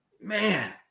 man